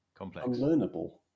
unlearnable